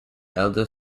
elder